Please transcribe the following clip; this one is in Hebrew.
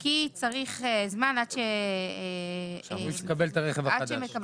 כי צריך זמן עד שמקבלים את הרכב החדש.